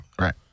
Right